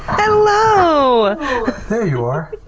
hello! there you are!